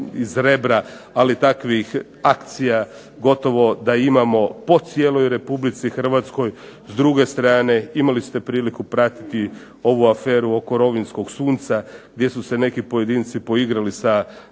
ali takvih akcija gotovo da imamo po cijeloj Republici Hrvatskoj. S druge strane, imali ste priliku pratiti ovu aferu oko rovinjskog sunca, gdje su se neki pojedinci poigrali sa nekretninama.